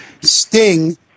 sting